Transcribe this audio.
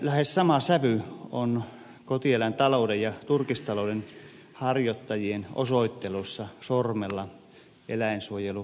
lähes sama sävy on kotieläintalouden ja turkistalouden harjoittajien osoittelussa sormella eläinsuojelukysymyksissä